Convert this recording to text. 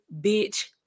bitch